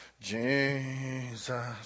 Jesus